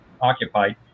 occupied